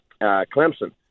Clemson